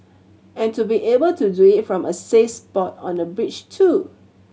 and to be able to do it from a safe spot on a bridge too